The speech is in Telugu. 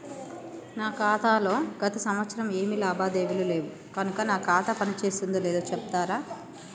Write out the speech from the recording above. నా ఖాతా లో గత సంవత్సరం ఏమి లావాదేవీలు లేవు కనుక నా ఖాతా పని చేస్తుందో లేదో చెప్తరా?